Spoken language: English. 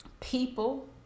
people